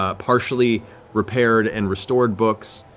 ah partially repaired and restored books,